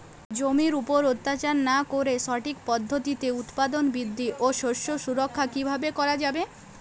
জমির উপর অত্যাচার না করে সঠিক পদ্ধতিতে উৎপাদন বৃদ্ধি ও শস্য সুরক্ষা কীভাবে করা যাবে?